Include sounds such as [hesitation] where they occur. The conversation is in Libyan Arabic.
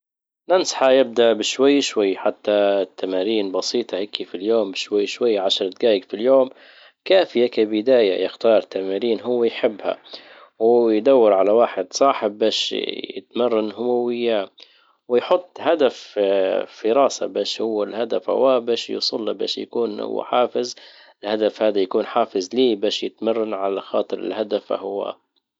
بنصحه يبدأ بشوي شوي حتى التمارين بسيطة هيك في اليوم شوي شوي عشر دجايج في اليوم كافية كبداية يختار تمارين هو يحبها وهو يدور على واحد صاحب باش يتمرن هو وياه ويحط هدف [hesitation] في راسه باش هو الهدف باش يكون هو حافز الهدف هذا يكون حافز ليه باش يتمرن على خاطر الهدف فهو